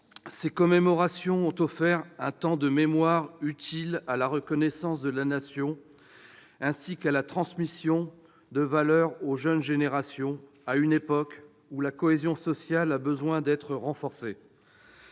Ces commémorations ont offert un temps de mémoire utile à la reconnaissance de la Nation, ainsi qu'à la transmission de valeurs aux jeunes générations à une époque où la cohésion sociale a besoin d'être renforcée.